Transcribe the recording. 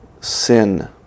sin